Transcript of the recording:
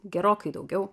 gerokai daugiau